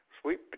Sweet